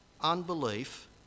Unbelief